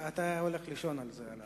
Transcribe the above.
אתה הולך לישון על זה.